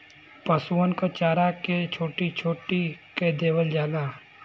पसुअन क चारा के छोट्टी छोट्टी कै देवल जाला